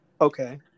Okay